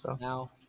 Now